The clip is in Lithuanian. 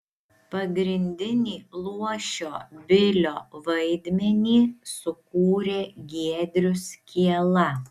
pagrindinį luošio bilio vaidmenį sukūrė giedrius kiela